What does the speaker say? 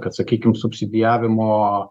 kad sakykime subsidijavimo